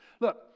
Look